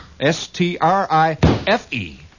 S-T-R-I-F-E